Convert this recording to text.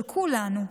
של כולנו.